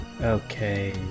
okay